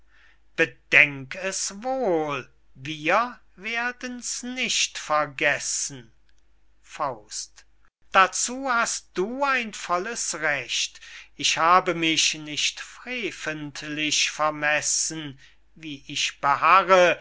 bedenk es wohl wir werden's nicht vergessen dazu hast du ein volles recht ich habe mich nicht freventlich vermessen wie ich beharre